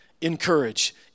encourage